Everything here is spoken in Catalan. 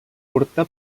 curta